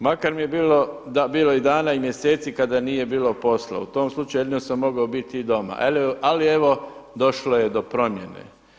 Makar mi je bilo i dana i mjeseci kada nije bilo posla, u tom slučaju jedino sam mogao biti doma, ali evo došlo je do promjene.